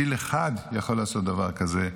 טיל אחד יכול לעשות דבר כזה,